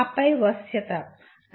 ఆపై "వశ్యత"